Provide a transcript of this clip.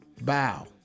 Bow